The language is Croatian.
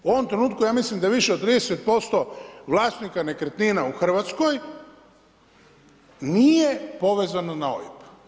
U ovom trenutku ja mislim da više od 30% vlasnika nekretnina u Hrvatskoj nije povezano na OIB.